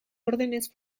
órdenes